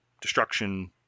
destruction